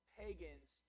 pagans